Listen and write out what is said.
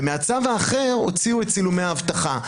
ומהצו האחר הוציאו את צילומי האבטחה.